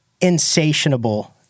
insatiable